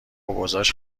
اوضاش